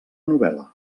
novel·la